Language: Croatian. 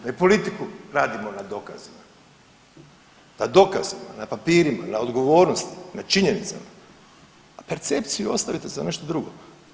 Jer politiku radimo na dokazima, na dokazima, na papirima, na odgovornosti, na činjenicama, a percepciju ostavite za nešto drugo.